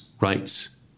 rights